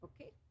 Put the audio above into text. Okay